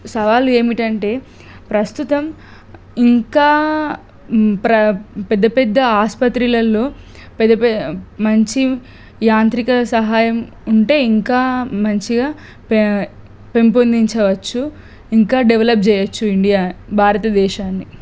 సవాళ్ళు ఏమిటంటే ప్రస్తుతం ఇంకా ప్ర పెద్ద పెద్ద ఆసుపత్రులలో పెద్ద పెద్ద మంచి యాంత్రిక సహాయం ఉంటే ఇంకా మంచిగా పె పెంపొందించవచ్చు ఇంకా డెవలప్ చెయ్యొచ్చు ఇండియా భారతదేశాన్ని